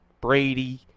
Brady